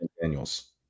Daniels